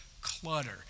clutter